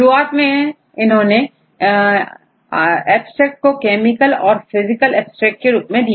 शुरुआत में इन्होंने एब्स्ट्रेक्ट को केमिकल और फिजिकल एब्स्ट्रेक्ट के रूप में दिया